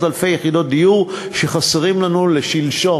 אלפי יחידות דיור שחסרות לנו לשלשום,